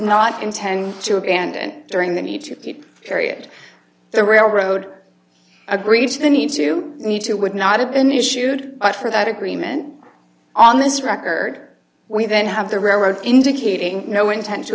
not intend to and during the need to keep harriet the railroad agreed to the need to need to would not have been issued but for that agreement on this record we then have the railroad indicating no intent to